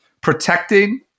protecting